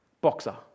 boxer